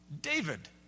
David